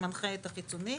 שמנחה את החיצוני.